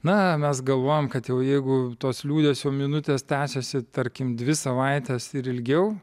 na mes galvojam kad jau jeigu tos liūdesio minutės tęsiasi tarkim dvi savaites ir ilgiau